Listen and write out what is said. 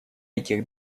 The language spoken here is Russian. этих